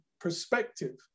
perspective